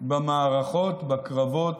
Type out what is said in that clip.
במערכות, בקרבות,